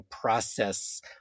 process